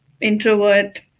introvert